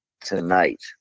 tonight